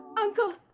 Uncle